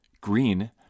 Green